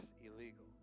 illegal